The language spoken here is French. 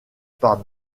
par